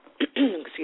Excuse